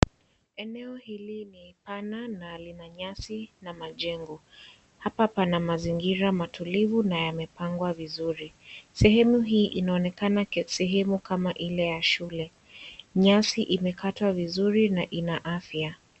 Eneo hili ni pana na lina nyasi na majengo. Hapa pana mazingira matulivu na yamepangwa vizuri. Sehemu hii inaonekana sehemu kama ile ya shule, nyasi imekatwa vizuri na ina afya.